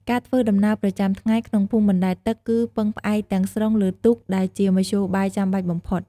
ការធ្វើដំណើរប្រចាំថ្ងៃក្នុងភូមិបណ្ដែតទឹកគឺពឹងផ្អែកទាំងស្រុងលើទូក ដែលជាមធ្យោបាយចាំបាច់បំផុត។